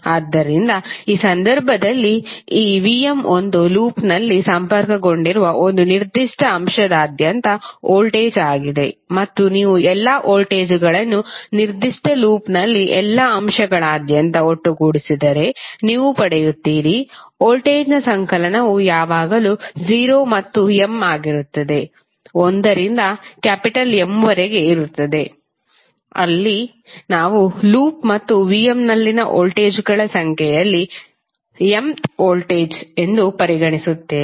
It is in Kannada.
ಆದ್ದರಿಂದ ಈ ಸಂದರ್ಭದಲ್ಲಿ ಈ Vm ಒಂದು ಲೂಪ್ನಲ್ಲಿ ಸಂಪರ್ಕಗೊಂಡಿರುವ ಒಂದು ನಿರ್ದಿಷ್ಟ ಅಂಶದಾದ್ಯಂತದ ವೋಲ್ಟೇಜ್ ಆಗಿದೆ ಮತ್ತು ನೀವು ಎಲ್ಲಾ ವೋಲ್ಟೇಜ್ಗಳನ್ನು ನಿರ್ದಿಷ್ಟ ಲೂಪ್ನಲ್ಲಿ ಎಲ್ಲಾ ಅಂಶಗಳಾದ್ಯಂತ ಒಟ್ಟುಗೂಡಿಸಿದರೆ ನೀವು ಪಡೆಯುತ್ತೀರಿ ವೋಲ್ಟೇಜ್ನ ಸಂಕಲನವು ಯಾವಾಗಲೂ 0 ಮತ್ತು m ಆಗಿರುತ್ತದೆ 1 ರಿಂದ M ವರೆಗೆ ಇರುತ್ತದೆ ಅಲ್ಲಿ ನಾವು ಲೂಪ್ ಮತ್ತುVm ನಲ್ಲಿನ ವೋಲ್ಟೇಜ್ಗಳ ಸಂಖ್ಯೆಯಲ್ಲಿ mth ವೋಲ್ಟೇಜ್ ಎಂದು ಪರಿಗಣಿಸಿದ್ದೇವೆ